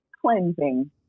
cleansing